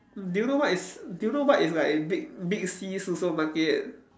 do you know what is do you know what is like big big C supermarket